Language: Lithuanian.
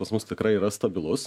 pas mus tikrai yra stabilus